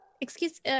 Excuse